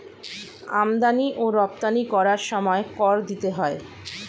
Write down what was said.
আমদানি ও রপ্তানি করার সময় কর দিতে হয়